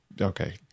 Okay